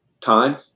time